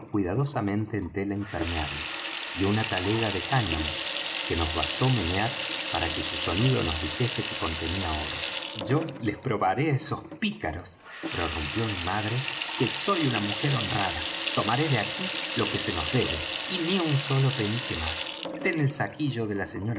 cuidadosamente en tela impermeable y una talega de cáñamo que nos bastó menear para que su sonido nos dijese que contenía oro yo les probaré á esos pícaros prorrumpió mi madre que soy una mujer honrada tomaré de aquí lo que se nos debe y ni un solo penique más ten el saquillo de la sra